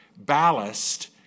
ballast